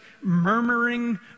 murmuring